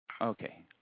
Okay